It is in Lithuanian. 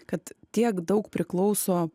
kad tiek daug priklauso